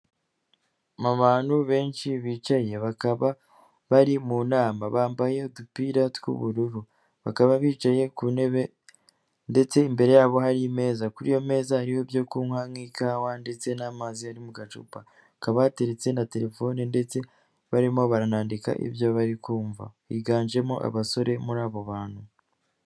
Abantu benshi bicaye bakaba bari mu nama, bambaye udupira tw'ubururu. Bakaba bicaye ku ntebe ndetse imbere yabo hari imeza, kuri iyo meza hariho ibyo kunywa; nk'ikawa ndetse n'amazi yo mu gacupa; hakaba hateretse ndetse na terefone, ndetse barimo baranandika ibyo bari kumva. Higanjemo abasore muri abo bantu.